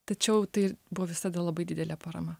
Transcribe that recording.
tačiau tai buvo visada labai didelė parama